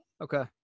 Okay